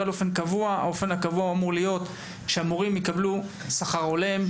האופן הקבוע אמור להיות שהמורים יקבלו שכר הולם.